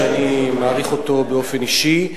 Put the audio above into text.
שאני מעריך אותו באופן אישי,